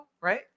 right